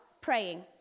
praying